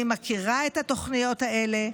אני מכירה את התוכניות האלה,